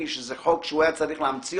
ופה הם שכנעו אותי ברמה הכי מקצועית.